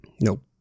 nope